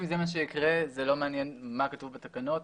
אם זה מה שיקרה, זה לא מעניין מה כתוב בתקנות.